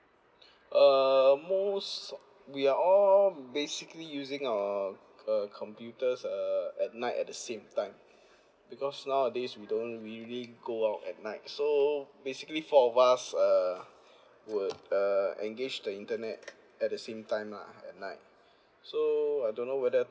uh most we are all basically using our uh computers uh at night at the same time because nowadays we don't really go out at night so basically four of us uh will uh engage the internet at the same time lah at night so I don't know whether